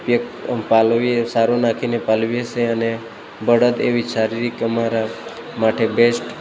એક પાલવીએ ચારો નાખીને પાલવીએ છીએ અને બળદ એવી શારીરિક અમારા માટે બેસ્ટ